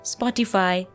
Spotify